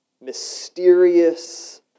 mysterious